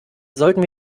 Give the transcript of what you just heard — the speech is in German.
sollten